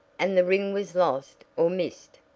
and the ring was lost, or missed,